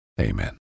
amen